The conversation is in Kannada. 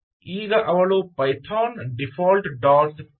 ಈಗ ಅವಳು Python default dot P Y python send default